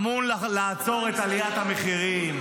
אמור לעצור את עליית המחירים,